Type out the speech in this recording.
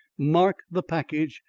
mark the package,